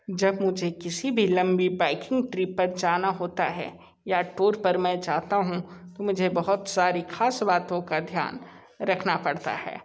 जब मुझे किसी भी लम्बी बाइकिंग ट्रिप पर जाना होता है या टूर पर मैं जाता हूँ तो मुझे बहुत सारी ख़ास बातों का ध्यान रखना पड़ता है